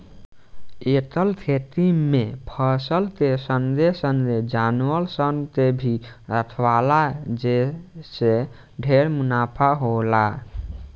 एकर खेती में फसल के संगे संगे जानवर सन के भी राखला जे से ढेरे मुनाफा होला